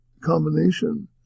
combination